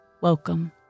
Welcome